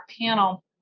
panel